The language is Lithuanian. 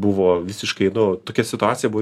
buvo visiškai nu tokia situacija buvo